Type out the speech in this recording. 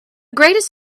greatest